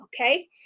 Okay